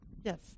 Yes